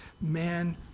man